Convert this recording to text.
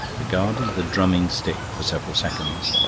regarded the drumming stick for several seconds,